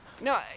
no